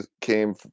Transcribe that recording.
came